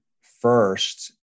first